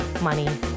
money